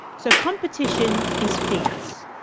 so competition is fierce.